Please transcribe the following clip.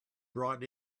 brought